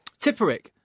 Tipperick